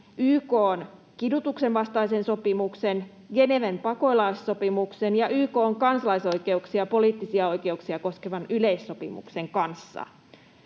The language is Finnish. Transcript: YK:n kidutuksen vastaisen sopimuksen, Geneven pakolaissopimuksen ja YK:n kansalaisoikeuksia ja poliittisia oikeuksia koskevan yleissopimuksen kanssa.